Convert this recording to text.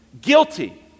guilty